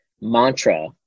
mantra